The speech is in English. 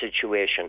situation